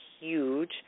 huge